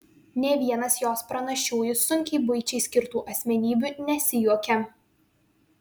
nė vienas jos pranašiųjų sunkiai buičiai skirtų asmenybių nesijuokia